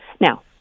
Now